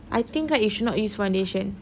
I think right you should not use foundation